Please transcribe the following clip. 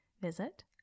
visit